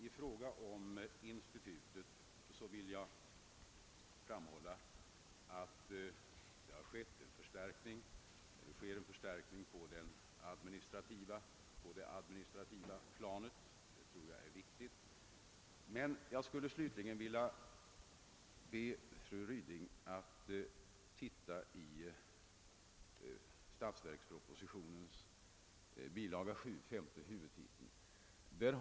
I fråga om institutet vill jag framhålla att det sker en förstärkning på det administrativa planet, och jag tror att detta är viktigt. Jag skulle slutligen vilja be fru Ryding att studera statsverkspropositionens bilaga 7, femte huvudtiteln.